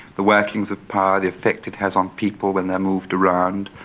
the workings of power, the effect it has on people when they are moved around.